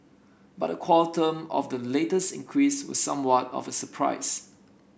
but the quantum of the latest increase was somewhat of surprise